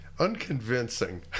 unconvincing